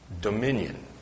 dominion